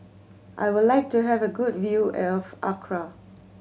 I would like to have a good view of Accra